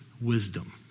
wisdom